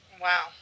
Wow